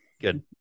Good